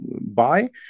buy